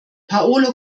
paolo